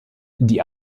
die